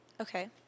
Okay